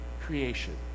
creation